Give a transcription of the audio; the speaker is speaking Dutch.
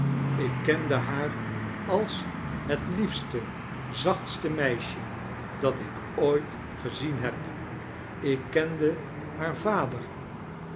ik kende haar als het liefste zachtste meisje dat ik ooit gezien heb ik kende haar vader